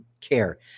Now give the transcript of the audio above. care